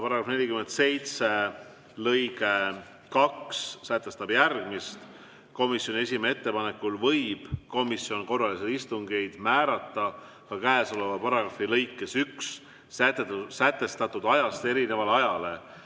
Paragrahvi 47 lõige 2 sätestab järgmist: "Komisjoni esimehe ettepanekul võib komisjoni korralisi istungeid määrata ka käesoleva paragrahvi lõikes 1 sätestatud ajast erinevale ajale,